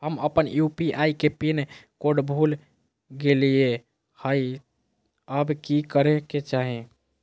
हम अपन यू.पी.आई के पिन कोड भूल गेलिये हई, अब की करे के चाही?